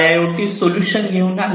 health IIoT solution घेऊन आले